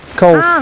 cold